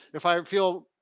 if i feel,